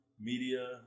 media